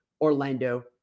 Orlando